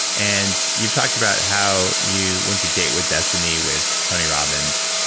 and you've talked about how you went to date with destiny with tony robbins,